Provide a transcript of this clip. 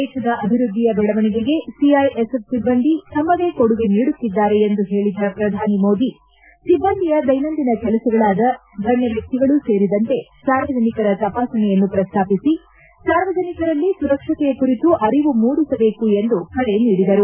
ದೇಶದ ಅಭಿವೃದ್ಧಿಯ ಬೆಳವಣಿಗೆಗೆ ಸಿಐಎಸ್ಎಫ್ ಸಿಬ್ಬಂದಿ ತಮ್ಮದೇ ಕೊಡುಗೆ ನೀಡುತ್ತಿದ್ದಾರೆ ಎಂದು ಹೇಳಿದ ಪ್ರಧಾನಿ ಮೋದಿ ಸಿಬ್ಬಂದಿಯ ದೈನಂದಿನ ಕೆಲಸಗಳಾದ ಗಣ್ಯ ವ್ಯಕ್ತಿಗಳು ಸೇರಿದಂತೆ ಸಾರ್ವಜನಿಕರ ತಪಾಸಣೆಯನ್ನು ಪ್ರಸ್ತಾಪಿಸಿ ಸಾರ್ವಜನಿಕರಲ್ಲಿ ಸುರಕ್ಷತೆ ಕುರಿತು ಅರಿವು ಮೂಡಿಸಬೇಕು ಎಂದು ಕರೆ ನೀಡಿದರು